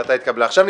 הצבעה בעד,